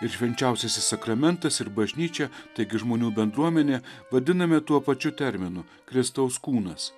ir švenčiausiasis sakramentas ir bažnyčia taigi žmonių bendruomenė vadinami tuo pačiu terminu kristaus kūnas